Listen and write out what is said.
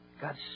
God